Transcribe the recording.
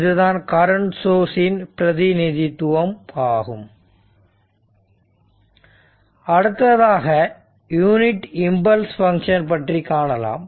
இதுதான் current source இன் பிரதிநிதித்துவம் ஆகும் அடுத்ததாக யூனிட் இம்பல்ஸ் பங்க்ஷன் பற்றி காணலாம்